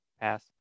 pass